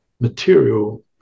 material